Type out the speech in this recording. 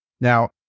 Now